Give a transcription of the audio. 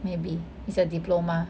maybe it's a diploma